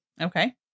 Okay